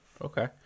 okay